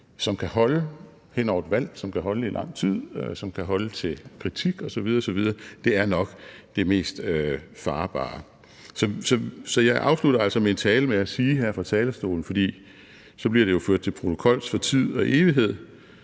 som kan holde hen over et valg, som kan holde i lang tid, og som kan holde til kritik osv. osv. Det er nok det mest farbare. Så jeg afslutter altså min tale med at sige her fra talerstolen – for så bliver det jo ført til protokols for tid og evighed